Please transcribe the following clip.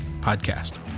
podcast